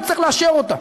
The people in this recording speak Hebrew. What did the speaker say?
שיצטרך לאשר אותה.